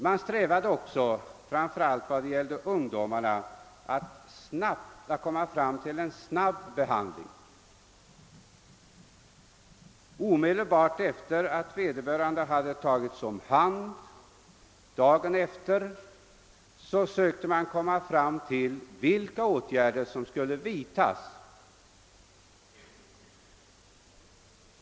Man strävade också framför allt vad beträffar ungdomarna att få till stånd en snabb behandling. Omedelbart efter det att vederbörande hade tagits om hand — dagen efter — sökte man komma underfund med vilka åtgärder som skulle vidtas.